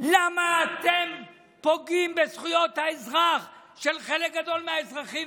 למה אתם פוגעים בזכויות האזרח של חלק גדול מהאזרחים?